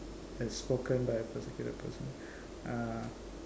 as spoken by a persecuted person uh